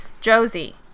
Josie